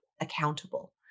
accountable